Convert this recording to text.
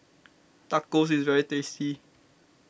Tacos is very tasty